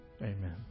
Amen